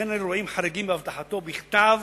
וכן על אירועים חריגים באבטחתו, בכתב,